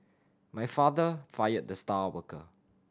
my father fired the star worker